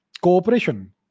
cooperation